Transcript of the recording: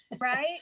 right